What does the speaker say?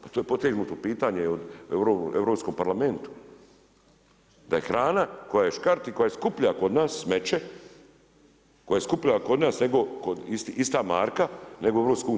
Pa to je potegnuto pitanje u Europskom parlamentu da je hrana koja je škart i koja je skuplja kod nas smeće koja je skuplja kod nas ista marka, nego u Europskoj uniji.